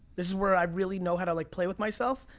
this is where i really know how to like play with myself.